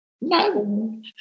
No